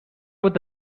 would